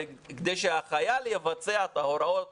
הרי, כדי שהחייל יבצע את ההוראות